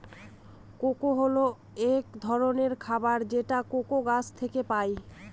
cocoa হল এক ধরনের খাবার যেটা কোকো গাছ থেকে পায়